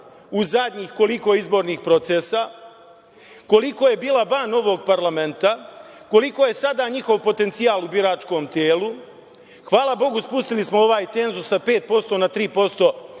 u zadnjih koliko izbornih procesa, koliko je bila van ovog parlamenta, koliko je sada njihov potencijal u biračkom telu? Hvala Bogu, spustili smo ovaj cenzus sa 5% na 3%,